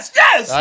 yes